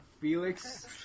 Felix